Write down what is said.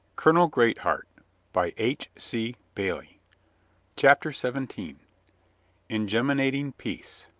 colonel greatheart by h. c. bailey chapter seventeen ingeminating peace